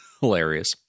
hilarious